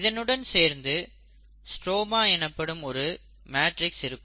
இதனுடன் சேர்ந்து ஸ்ட்ரோமா எனப்படும் ஒரு மேட்ரிக்ஸ் இருக்கும்